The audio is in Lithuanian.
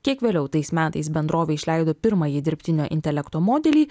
kiek vėliau tais metais bendrovė išleido pirmąjį dirbtinio intelekto modelį